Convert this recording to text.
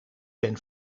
ben